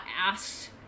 asked